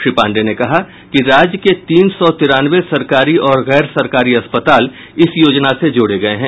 श्री पाण्डेय ने कहा है कि राज्य के तीन सौ तिरानवे सरकारी और गैर सरकारी अस्पताल इस योजना से जोड़े गये हैं